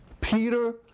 Peter